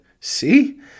See